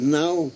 now